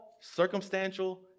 circumstantial